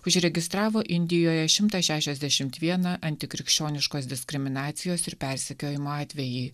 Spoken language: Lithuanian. užregistravo indijoje šimtą šešiasdešimt vieną antikrikščioniškos diskriminacijos ir persekiojimo atvejį